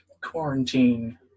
quarantine